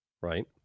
right